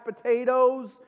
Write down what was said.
potatoes